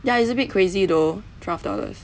ya is a bit crazy though twelve dollars